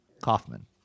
kaufman